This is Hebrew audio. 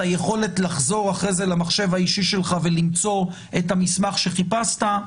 את היכולת לחזור אחרי זה למחשב האישי שלך ולמצוא את המסמך שחיפשת.